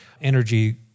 energy